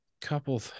couple